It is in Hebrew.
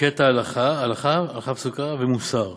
קטע הלכה, הלכה, הלכה פסוקה, ומוסר,